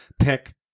pick